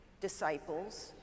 disciples